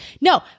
No